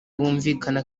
bumvikana